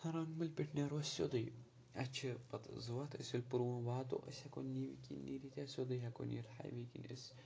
رنٛگمُلہِ پٮ۪ٹھ نیرو أسۍ سیوٚدُے اَسہِ چھِ پَتہٕ زٕ وَتھٕ أسۍ ییٚلہِ پُلووم واتو أسۍ ہٮ۪کو نِوِ کِنۍ نیٖرِتھ یا سیوٚدُے ہٮ۪کو نیٖرِتھ ہاے وے کِنۍ أسۍ